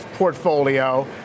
portfolio